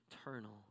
eternal